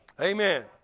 Amen